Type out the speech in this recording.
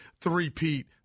three-peat